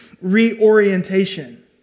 reorientation